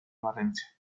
valencia